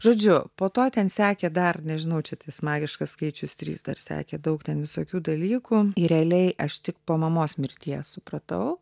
žodžiu po to sekė dar nežinau čia tas magiškas skaičius trys dar sekė daug ten visokių dalykų ir realiai aš tik po mamos mirties supratau